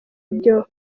byo